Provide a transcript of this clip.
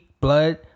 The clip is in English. Blood